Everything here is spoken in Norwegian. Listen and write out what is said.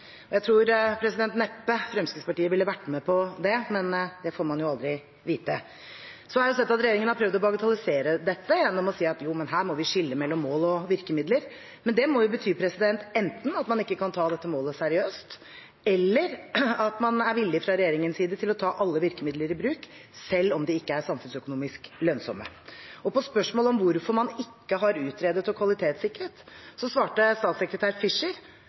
Jeg tror neppe Fremskrittspartiet ville vært med på det, men det får man jo aldri vite. Så har jeg sett at regjeringen har prøvd å bagatellisere dette gjennom å si at jo, men her må man skille mellom mål og virkemidler. Men det må bety enten at man ikke kan ta dette målet seriøst, eller at man er villig fra regjeringens side til å ta alle virkemidler i bruk selv om de ikke er samfunnsøkonomisk lønnsomme. Og på spørsmålet om hvorfor man ikke har utredet og kvalitetssikret, svarte statssekretær